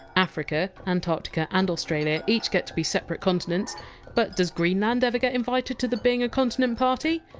africa, antarctica and australia each get to be separate continents but does greenland ever get invited to the being-a-continent party?